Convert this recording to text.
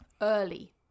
Early